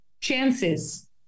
chances